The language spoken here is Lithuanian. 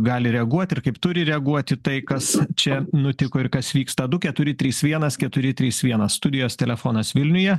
gali reaguoti ir kaip turi reaguoti tai kas čia nutiko ir kas vyksta du keturi trys vienas keturi trys vienas studijos telefonas vilniuje